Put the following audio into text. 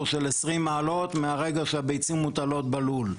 של 20 מעלות מהרגע שהביצים מוטלות בלול.